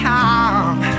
time